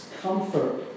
comfort